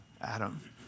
Adam